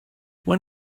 when